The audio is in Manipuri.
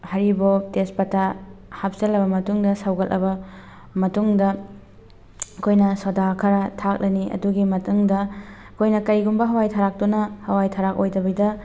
ꯍꯩꯔꯤꯕꯣꯞ ꯇꯦꯁꯄꯇꯥ ꯍꯥꯞꯆꯜꯂꯕ ꯃꯇꯨꯡꯗ ꯁꯧꯒꯠꯂꯕ ꯃꯇꯨꯡꯗ ꯑꯩꯈꯣꯏꯅ ꯁꯣꯗꯥ ꯈꯔ ꯊꯥꯛꯂꯅꯤ ꯑꯗꯨꯒꯤ ꯃꯇꯨꯡꯗ ꯑꯩꯈꯣꯏꯅ ꯀꯔꯤꯒꯨꯃꯕ ꯍꯋꯥꯏ ꯊꯔꯥꯛꯇꯨꯅ ꯍꯋꯥꯏ ꯊꯔꯥꯛ ꯑꯣꯏꯗꯕꯤꯗ